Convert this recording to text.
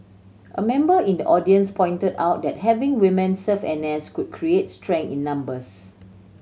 a member in the audience pointed out that having women serve N S could create strength in numbers